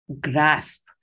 grasp